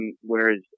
Whereas